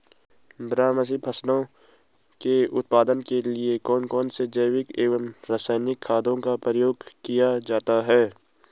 बारहमासी फसलों के उत्पादन के लिए कौन कौन से जैविक एवं रासायनिक खादों का प्रयोग किया जाता है?